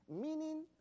Meaning